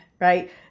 right